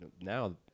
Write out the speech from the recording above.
now